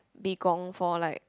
be gone for like